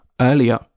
earlier